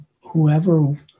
whoever